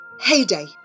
Heyday